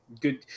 good